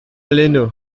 lenno